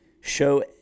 show